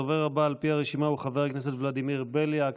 הדובר הבא על פי הרשימה הוא חבר הכנסת ולדימיר בליאק,